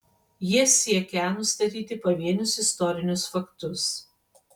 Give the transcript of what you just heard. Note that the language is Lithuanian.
jie siekią nustatyti pavienius istorinius faktus